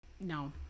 No